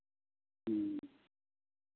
ᱦᱮᱸ